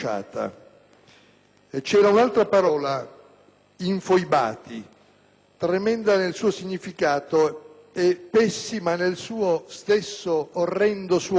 c'era un'altra parola, «infoibati», tremenda nel suo significato e pessima nel suo stesso orrendo suono,